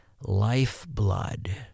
lifeblood